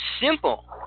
simple